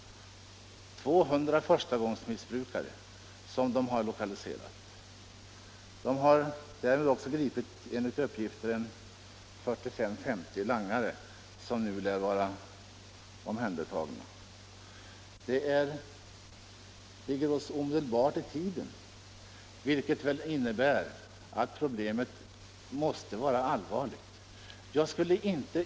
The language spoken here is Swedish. Enligt uppgift har polisen i detta sammanhang också gripit 40 å 50 langare, som nu lär vara omhändertagna. Dessa händelser har alltså inträffat alldeles nyligen, och det måste väl innebära att läget just nu är allvarligt.